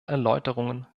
erläuterungen